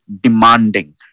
demanding